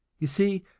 you see,